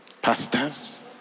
Pastors